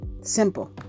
Simple